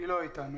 לא אתנו.